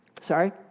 Sorry